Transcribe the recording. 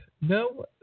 No